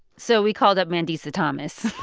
so we called up mandisa thomas.